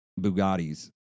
Bugattis